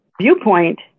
viewpoint